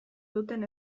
duten